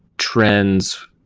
trends